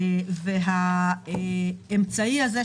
האמצעי הזה,